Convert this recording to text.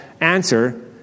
answer